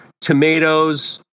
tomatoes